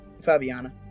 Fabiana